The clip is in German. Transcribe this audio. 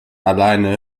alleine